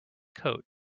coat